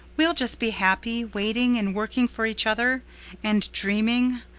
we'll just be happy, waiting and working for each other and dreaming.